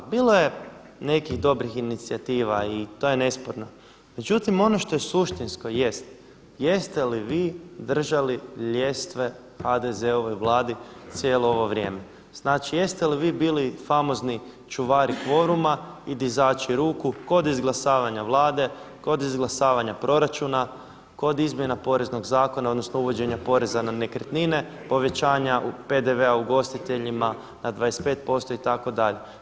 Bilo je nekih dobrih inicijativa i to je nesporno, međutim ono što je suštinsko jest, jeste li vi držali ljestve HDZ-ovoj vladi cijelo ovo vrijeme, znači jeste li vi bili famozni čuvari kvoruma i dizači ruku kod izglasavanja Vlade, kod izglasavanja proračuna, kod izmjena Poreznog zakona odnosno uvođenja poreza na nekretnine, povećanja PDV-a ugostiteljima na 25% itd.